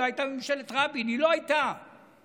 היא לא הייתה בממשלת רבין,